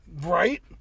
right